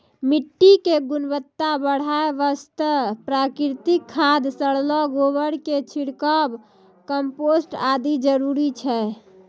मिट्टी के गुणवत्ता बढ़ाय वास्तॅ प्राकृतिक खाद, सड़लो गोबर के छिड़काव, कंपोस्ट आदि जरूरी छै